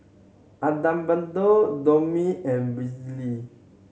Adalberto Tomie and